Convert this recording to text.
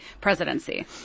presidency